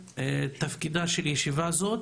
תפקידה של ישיבה זאת